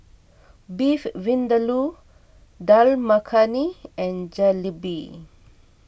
Beef Vindaloo Dal Makhani and Jalebi